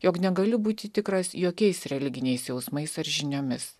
jog negali būti tikras jokiais religiniais jausmais ar žiniomis